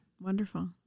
Wonderful